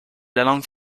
langue